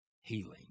healing